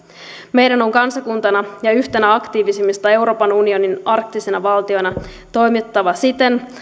meidän on kansakuntana ja ja yhtenä aktiivisimmista euroopan unionin arktisista valtioista toimittava siten